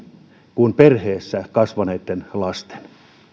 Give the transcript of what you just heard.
kuin perheessä kasvaneitten lasten